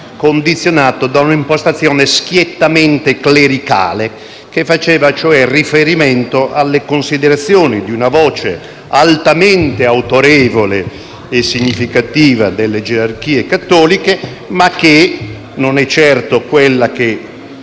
condizionato da un'impostazione schiettamente clericale, che faceva, cioè, riferimento alle considerazioni di una voce altamente autorevole e significativa delle gerarchie cattoliche, voce che non è certo quella che